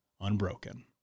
unbroken